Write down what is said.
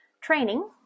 training